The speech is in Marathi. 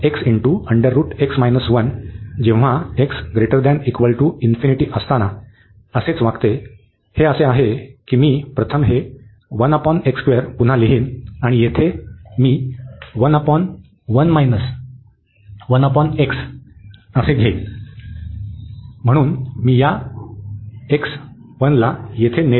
म्हणून जेव्हा x असताना असेच वागते हे असे आहे की मी प्रथम हे पुन्हा लिहीन आणि येथे मी घेईन म्हणून मी या x 1 ला येथे नेले आहे